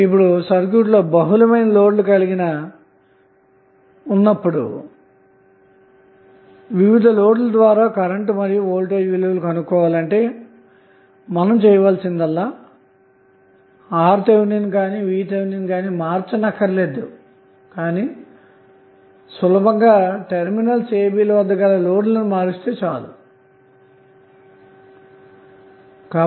ఇప్పుడు సర్క్యూట్ లో బహుళ లోడ్లు కలిగిన ఉన్నప్పుడు వివిధ లోడ్ ల ద్వారా కరెంటు మరియు వోల్టేజ్ విలువలు కనుక్కోవాలంటే మీరు చేయవలసిందల్లా RTh కానీ VTh కానీ మార్చన క్కరలేదు కానీ సులభంగా టెర్మినల్స్ a b ల వద్ద గల లోడ్ లను మారిస్తే చాలు అన్నమాట